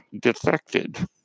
defected